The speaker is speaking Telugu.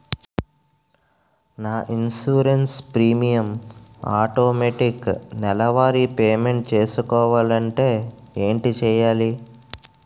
నా ఇన్సురెన్స్ ప్రీమియం ఆటోమేటిక్ నెలవారి పే మెంట్ చేసుకోవాలంటే ఏంటి చేయాలి?